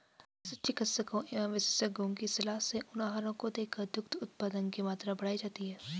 पशु चिकित्सकों एवं विशेषज्ञों की सलाह से उन आहारों को देकर दुग्ध उत्पादन की मात्रा बढ़ाई जाती है